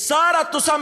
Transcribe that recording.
שמה היה פלסטין,